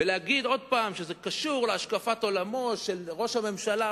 להגיד עוד פעם שזה קשור להשקפת עולמו של ראש הממשלה,